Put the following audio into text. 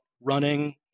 running